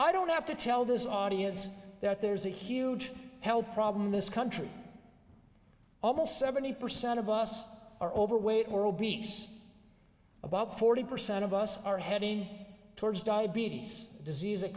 i don't have to tell this audience that there's a huge health problem in this country almost seventy percent of us are overweight or obese about forty percent of us are heading towards diabetes disease it